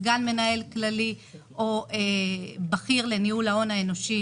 סגן מנהל כללי או בכיר לניהול ההון האנושי,